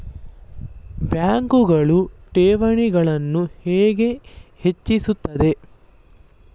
ಬ್ಯಾಂಕುಗಳು ಠೇವಣಿಗಳನ್ನು ಹೇಗೆ ಹೆಚ್ಚಿಸುತ್ತವೆ?